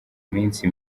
minsi